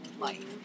life